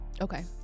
Okay